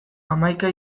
hamaika